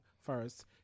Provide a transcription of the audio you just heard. first